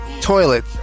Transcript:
toilet